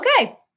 Okay